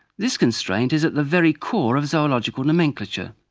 this constraint is at the very core of zoological nomenclature,